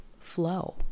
flow